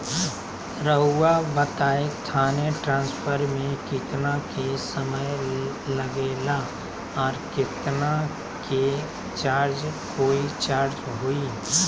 रहुआ बताएं थाने ट्रांसफर में कितना के समय लेगेला और कितना के चार्ज कोई चार्ज होई?